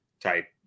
type